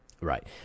Right